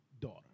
daughter